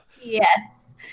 Yes